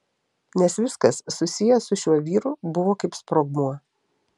nes viskas susiję su šiuo vyru buvo kaip sprogmuo